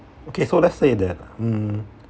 okay so let's say that mm